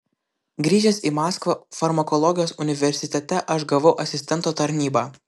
grįžęs į maskvą farmakologijos universitete aš gavau asistento tarnybą